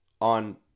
on